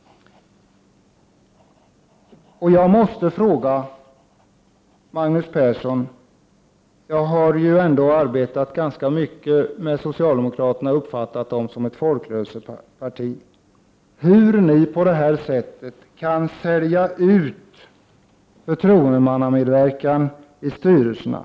Jag har arbetat ganska mycket tillsammans med socialdemokraterna och uppfattat dem som ett folkrörelseparti. Jag måste därför fråga Magnus Persson: Hur kan socialdemokraterna på detta sätt sälja ut förtroendemannamedverkan i styrelserna?